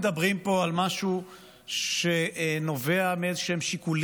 בשורה שעברה באיזשהו זלזול